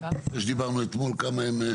אחרי שדיברנו אתמול כמה הם?